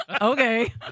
Okay